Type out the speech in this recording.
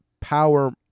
power